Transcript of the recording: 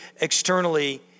externally